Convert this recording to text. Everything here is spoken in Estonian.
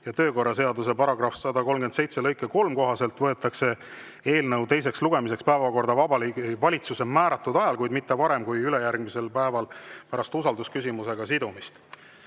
ja töökorra seaduse § 137 lõike 3 kohaselt võetakse eelnõu teiseks lugemiseks päevakorda Vabariigi Valitsuse määratud ajal, kuid mitte varem kui ülejärgmisel päeval pärast usaldusküsimusega sidumist.